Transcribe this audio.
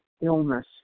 illness